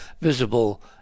visible